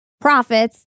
profits